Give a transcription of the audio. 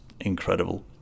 incredible